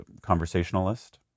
conversationalist